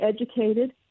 educated